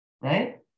right